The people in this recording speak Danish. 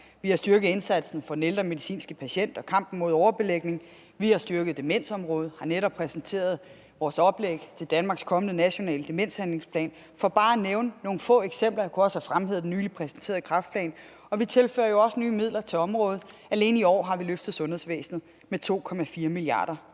vi har styrket indsatsen for den ældre medicinske patient og kampen mod overbelægning; vi har styrket demensområdet og har netop præsenteret vores oplæg til Danmarks kommende nationale demenshandlingsplan – for bare at nævne nogle få eksempler. Jeg kunne også have fremhævet den nylig præsenterede kræftplan. Og vi tilfører jo også nye midler til området – alene i år har vi løftet sundhedsvæsenet med 2,4 mia. kr.